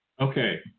Okay